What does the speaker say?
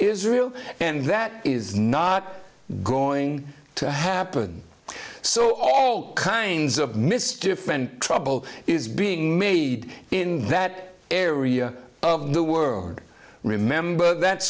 israel and that is not going to happen so all kinds of mis defend trouble is being made in that area of the world remember that